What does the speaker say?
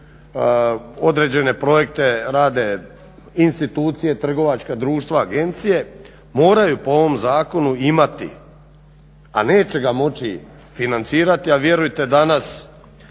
određene projekte rade institucije trgovačka društva, agencije, moraju po ovom zakonu imati, a neće ga moći financirati, a vjerujte danas